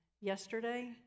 yesterday